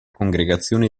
congregazione